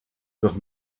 durch